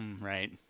Right